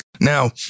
Now